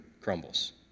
crumbles